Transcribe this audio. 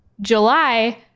July